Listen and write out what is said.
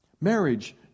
Marriage